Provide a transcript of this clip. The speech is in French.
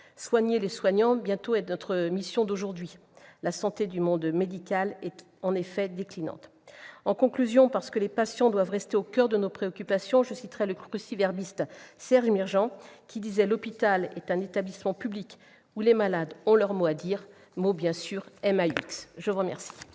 Soigner les soignants est notre mission aujourd'hui ; la santé du monde médical est en effet déclinante. En conclusion, parce que le patient doit rester au coeur de nos préoccupations, je citerais le cruciverbiste Serge Mirjean, qui disait :« L'hôpital est un établissement public où les malades ont leurs maux à dire. » Bravo ! La parole